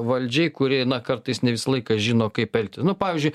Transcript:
valdžiai kuri na kartais ne visą laiką žino kaip elgti nu pavyzdžiui